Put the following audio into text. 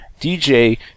DJ